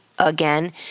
again